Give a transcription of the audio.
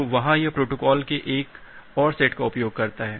तो वहाँ यह प्रोटोकॉल के एक और सेट का उपयोग करता है